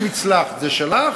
אם הצלחת, זה שלך.